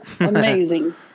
amazing